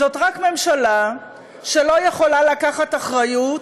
זאת רק ממשלה שלא יכולה לקחת אחריות,